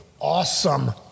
Awesome